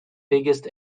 biggest